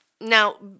Now